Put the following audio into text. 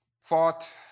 fought